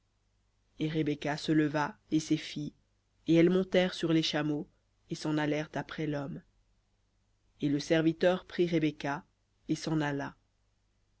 et rebecca se leva et ses filles et elles montèrent sur les chameaux et s'en allèrent après l'homme et le serviteur prit rebecca et s'en alla